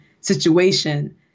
situation